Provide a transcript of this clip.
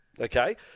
Okay